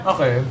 Okay